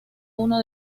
uno